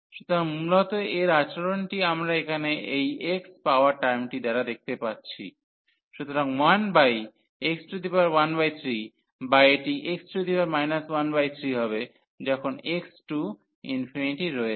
সুতরাং মূলত এর আচরণটি আমরা এখানে এই x পাওয়ার টার্মটি দ্বারা দেখতে পাচ্ছি সুতরাং 1x13 বা এটি x 13 হবে যখন x→∞ রয়েছে